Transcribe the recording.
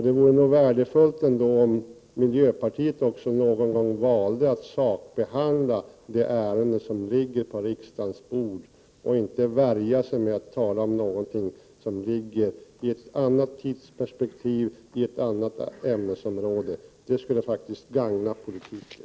Det vore värdefullt om miljöpartiet också någon gång valde att sakbehandla det ärende som ligger på riksdagens bord och inte värjde sig med att tala om någonting som ligger i ett annat tidsperspektiv, i ett annat ämnesområde. Det skulle gagna politiken.